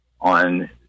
on